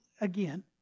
again